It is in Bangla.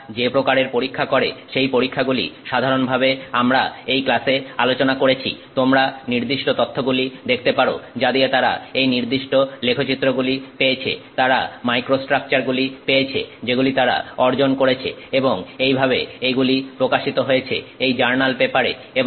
তারা যে প্রকারের পরীক্ষা করে সেই পরীক্ষাগুলি সাধারণভাবে আমরা এই ক্লাসে আলোচনা করেছি তোমরা নির্দিষ্ট তথ্যগুলি দেখতে পারো যা দিয়ে তারা এই নির্দিষ্ট লেখচিত্র গুলি পেয়েছে তারা মাইক্রোস্ট্রাকচারগুলি পেয়েছে যেগুলি তারা অর্জন করেছে এবং এইভাবে এইগুলি প্রকাশিত হয়েছে এই জার্নাল পেপারে